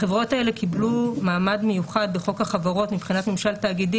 החברות האלה קיבלו מעמד מיוחד בחוק החברות מבחינת ממשל תאגידי